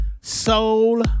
Soul